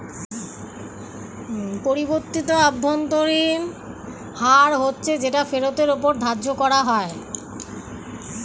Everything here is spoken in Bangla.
পরিবর্তিত অভ্যন্তরীণ হার হচ্ছে যেটা ফেরতের ওপর ধার্য করা হয়